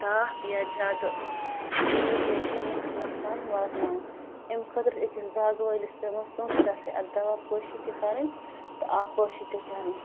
تاپھ یا زیادٕ روٗد یا شیٖن نۄقصان واتناوُن امہِ خٲطرٕ چھُ أکِس باغہٕ وٲلِس پٮ۪وان سونٛتھٕ پٮ۪ٹھے اَتھ دَۄہ پٲشی تہِ کرٕنۍ تہٕ آب پٲشی تہِ کرٕنۍ